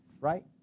right